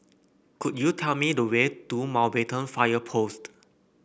could you tell me the way to Mountbatten Fire Post